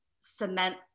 cement